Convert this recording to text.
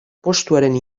postuaren